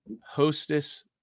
Hostess